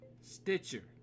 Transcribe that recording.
Stitcher